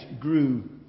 grew